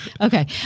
okay